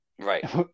Right